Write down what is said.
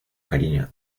cariño